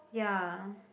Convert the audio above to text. ya